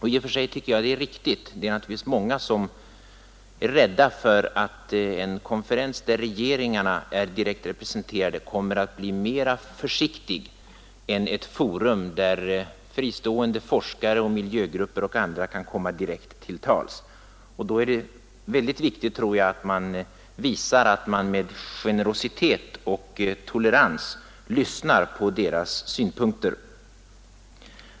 I och för sig tycker jag att detta är riktigt. Det är naturligtvis många som är rädda för att en konferens där regeringarna är direkt representerade kommer att bli mera försiktig än ett forum där fristående forskare och miljögrupper och andra kan komma direkt till tals. Då är det viktigt att man visar, att man med generositet och tolerans är beredd att lyssna på deras synpunkter.